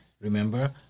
Remember